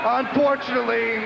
unfortunately